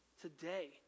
today